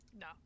No